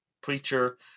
preacher